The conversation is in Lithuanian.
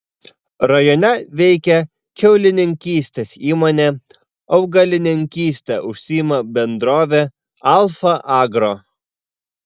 rajone veikia kiaulininkystės įmonė augalininkyste užsiima bendrovė alfa agro